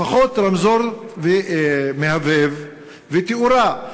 לפחות רמזור מהבהב ותאורה.